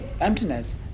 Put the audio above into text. emptiness